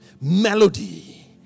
melody